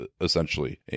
essentially